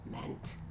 meant